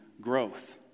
growth